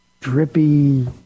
drippy